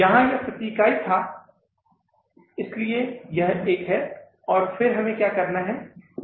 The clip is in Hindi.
यहां यह प्रति इकाई था इसलिए यह एक है और फिर हमें क्या करना है